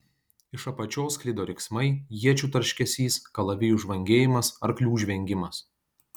iš apačios sklido riksmai iečių tarškesys kalavijų žvangėjimas arklių žvengimas